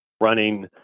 running